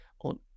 on